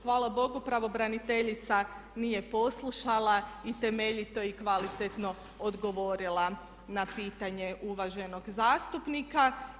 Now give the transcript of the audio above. Hvala Bogu pravobraniteljica nije poslušala i temeljito i kvalitetno odgovorila na pitanje uvaženog zastupnika.